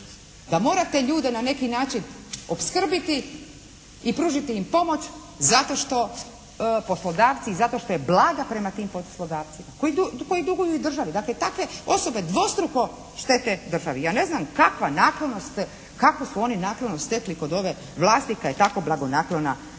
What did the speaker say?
da mora te ljude na neki način opskrbiti i pružiti im pomoć zato što poslodavci, zato što je blaga prema tim poslodavcima koji duguju i državi. Dakle takve osobe dvostruko štete državi. Ja ne znam kakva naklonost, kakvu su oni naklonost stekli kod ove vlasti kad je tako blagonaklona